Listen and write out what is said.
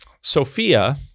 Sophia